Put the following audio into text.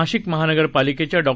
नाशिक महानगरपालिकेच्या डॉ